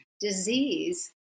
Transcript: Disease